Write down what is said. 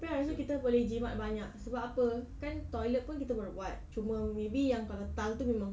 kan so kita boleh jimat banyak sebab apa kan toilet pun kita baru buat cuma maybe kalau tiles itu memang